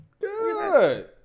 Good